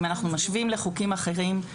אם אנחנו משווים לחוקים אחרים,